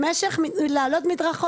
לעלות מדרכות.